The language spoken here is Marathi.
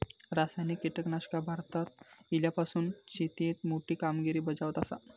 रासायनिक कीटकनाशका भारतात इल्यापासून शेतीएत मोठी कामगिरी बजावत आसा